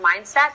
mindset